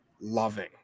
loving